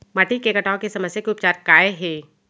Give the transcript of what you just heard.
माटी के कटाव के समस्या के उपचार काय हे?